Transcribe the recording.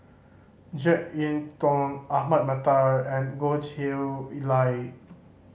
Jek Yeun Thong Ahmad Mattar and Goh Chiew Lye